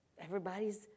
everybody's